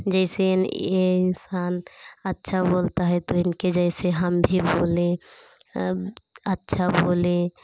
जैसे ये इंसान अच्छा बोलता है तो इनके जैसे हम भी बोलें अच्छा बोलें